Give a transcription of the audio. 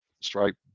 stripe